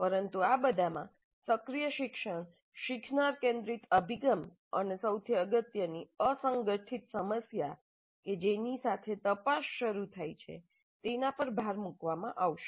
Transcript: પરંતુ આ બધામાં સક્રિય શિક્ષણ શીખનાર કેન્દ્રિત અભિગમ અને સૌથી અગત્યની અસંગઠિત સમસ્યા છે કે જેની સાથે તપાસ શરૂ થાય છે તેના પર ભાર મૂકવામાં આવશે